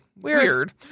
Weird